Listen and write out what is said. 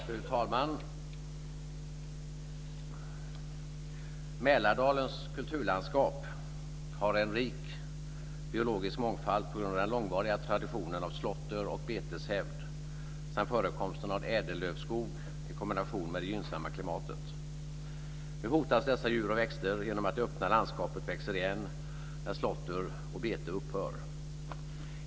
Fru talman! Mälardalens kulturlandskap har en rik biologisk mångfald på grund av den långvariga traditionen av slåtter och beteshävd samt förekomsten av ädellövskog i kombination med det gynnsamma klimatet. Nu hotas dess djur och växter genom att det öppna landskapet växer igen när slåtter och bete upphör.